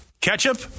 Ketchup